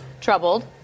Troubled